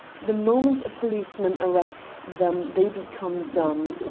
the moment a policeman arrests them they become dumb.